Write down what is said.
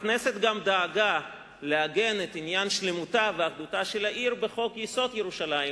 הכנסת גם דאגה לעגן את שלמותה ואחדותה של העיר בחוק-יסוד: ירושלים,